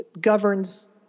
governs